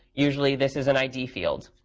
usually, this is an id field.